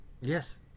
Yes